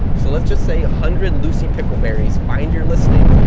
so, let's just say, a hundred lucy pickleberries find your listing,